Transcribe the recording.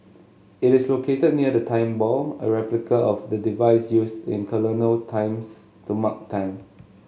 it is located near the Time Ball a replica of the device used in colonial times to mark time